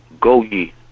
go-ye